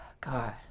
God